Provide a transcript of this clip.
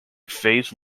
phase